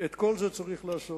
את כל זה צריך לעשות.